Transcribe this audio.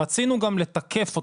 רצינו גם לתקף אותו.